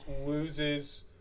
loses